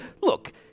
look